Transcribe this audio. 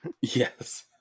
yes